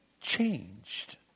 changed